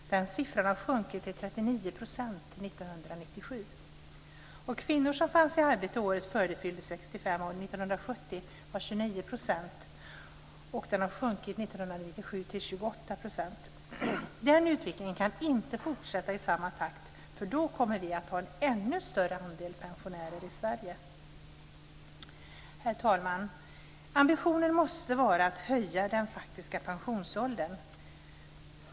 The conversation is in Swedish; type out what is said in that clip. Den siffran har sjunkit till 39 % 1997. Andelen kvinnor som fanns i arbete året innan de fyller 65 år var 29 % år 1970. 1997 hade andelen sjunkit till 28 %. Den utvecklingen kan inte fortsätta i samma takt, för då kommer vi att ha en ännu större andel pensionärer i Herr talman! Ambitionen måste vara att höja den faktiska pensionsåldern.